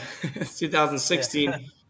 2016